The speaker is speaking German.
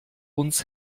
uns